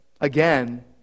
Again